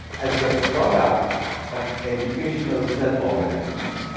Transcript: as the product of educational self-organization.